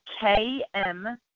KM